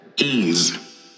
Ease